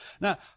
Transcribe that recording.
now